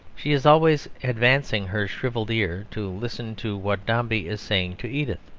she is always advancing her shrivelled ear to listen to what dombey is saying to edith.